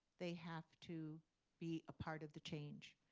they have to be a part of the change.